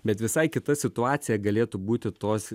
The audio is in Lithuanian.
bet visai kita situacija galėtų būti tos